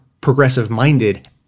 progressive-minded